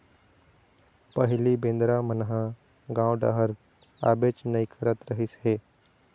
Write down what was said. पहिली बेंदरा मन ह गाँव डहर आबेच नइ करत रहिस हे